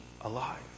alive